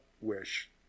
wish